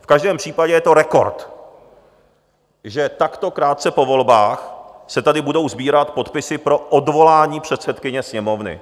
V každém případě je to rekord, že takto krátce po volbách se tady budou sbírat podpisy pro odvolání předsedkyně Sněmovny.